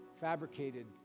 fabricated